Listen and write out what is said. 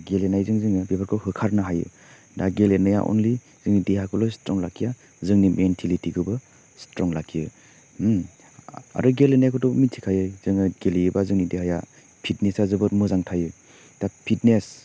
गेलेनायजों जोङो बेफोरखौ होखारनो हायो दा गेलेनाया अनलि जोंनि देहाखौल स्ट्रं लाखिया जोंनि मेन्टिलिटिखौबो स्ट्रं लाखियो आरो गेलेनायखौथ' मिथिखायो जोङो गेलेयोबा जोंनि देहाया फिडनेसा जोबोद मोजां थायो दा फिडनेस